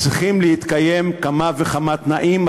צריכים להתקיים כמה וכמה תנאים,